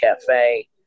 Cafe